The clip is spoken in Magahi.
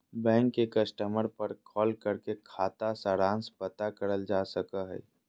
बैंक के कस्टमर पर कॉल करके खाता सारांश पता करल जा सको हय